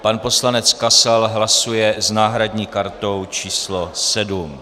Pan poslanec Kasal hlasuje s náhradní kartou číslo 7.